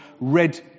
red